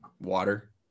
Water